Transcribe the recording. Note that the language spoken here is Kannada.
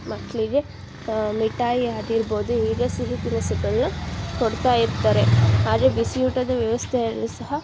ಮಕ್ಕಳಿಗೆ ಮಿಠಾಯಿ ಆಗಿರ್ಬೋದು ಹೀಗೆ ಸಿಹಿ ತಿನಿಸುಗಳನ್ನ ಕೊಡ್ತಾ ಇರ್ತಾರೆ ಹಾಗೆ ಬಿಸಿ ಊಟದ ವ್ಯವಸ್ಥೆಯಲ್ಲೂ ಸಹ